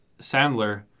Sandler